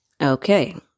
Okay